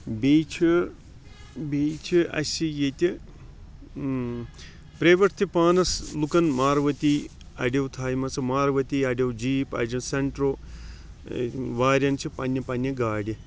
بیٚیہِ چھ بیٚیہِ چھ اَسہِ ییٚتہِ پراویٹ تہِ پانس لُکَن مارؤتی اَڑٮ۪و تھایمَژٕ ماروتی اَڑٮ۪و جیٖپ اَڑٮ۪و سیٚنٹرو واریاہَن چھِ پَننہِ پَننہِ گاڑِ